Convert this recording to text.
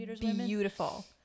beautiful